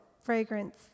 fragrance